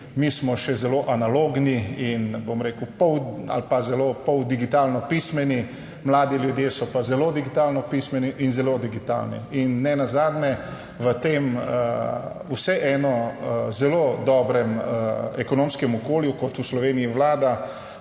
Mi smo še zelo analogni in bom rekel, pol ali pa zelo pol digitalno pismeni, mladi ljudje so pa zelo digitalno pismeni in zelo digitalni in nenazadnje, v tem vseeno zelo dobrem ekonomskem okolju kot v Sloveniji vlada,